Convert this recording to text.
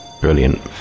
Brilliant